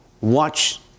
Watch